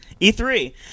E3